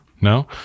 No